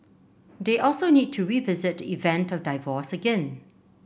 they also need to revisit the event of divorce again